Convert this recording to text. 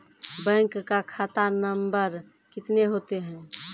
Bank का खाता number कितने होते हैं?